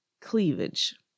cleavage